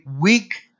weak